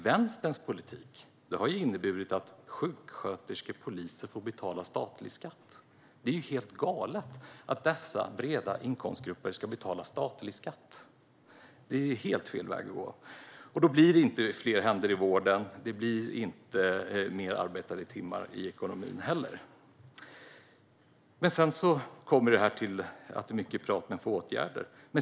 Vänsterns politik har inneburit att sjuksköterskor och poliser får betala statlig skatt. Det är ju helt galet att dessa breda inkomstgrupper ska betala statlig skatt! Det är helt fel väg att gå. Då blir det varken fler händer i vården eller fler arbetade timmar i ekonomin. Det är alltså mycket prat men få åtgärder.